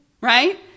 Right